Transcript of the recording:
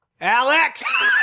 Alex